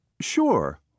Sure